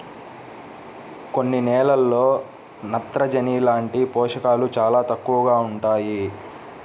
కొన్ని నేలల్లో నత్రజని లాంటి పోషకాలు చాలా తక్కువగా ఉంటాయి